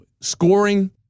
scoring